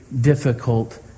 difficult